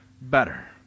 better